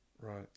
Right